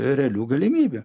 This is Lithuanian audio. realių galimybių